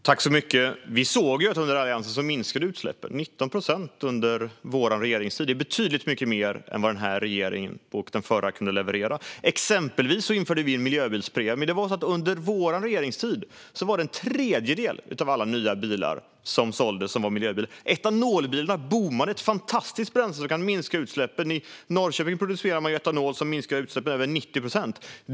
Fru talman! Vi såg att utsläppen minskade under alliansregeringens tid. De minskade med 19 procent - det är betydligt mycket mer än vad denna regering och den förra kunde leverera. Exempelvis införde vi en miljöbilspremie. Under vår regeringstid var en tredjedel av alla nya bilar som såldes miljöbilar. Etanolbilarna boomade. Det är ett fantastiskt bränsle, som kan minska utsläppen. I Norrköping producerar man etanol som minskar utsläppen med över 90 procent.